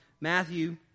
Matthew